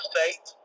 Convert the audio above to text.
State